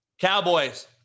Cowboys